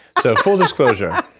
so full disclosure,